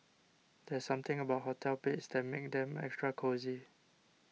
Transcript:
there's something about hotel beds that makes them extra cosy